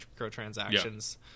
microtransactions